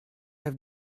have